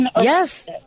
Yes